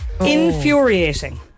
Infuriating